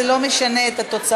זה לא משנה את התוצאות.